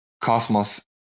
Cosmos